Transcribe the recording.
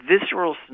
visceral